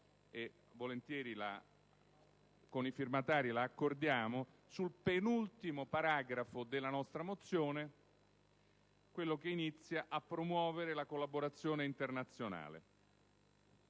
e volentieri con i firmatari la accordiamo, e concerne il penultimo paragrafo della nostra mozione, quello che inizia con le parole "a promuovere la collaborazione internazionale".